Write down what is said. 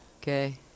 Okay